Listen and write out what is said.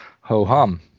ho-hum